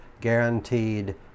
guaranteed